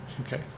Okay